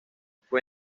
fue